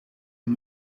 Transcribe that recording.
een